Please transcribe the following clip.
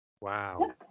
Wow